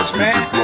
man